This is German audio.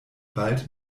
bald